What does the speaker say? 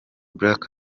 black